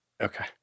Okay